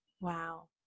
Wow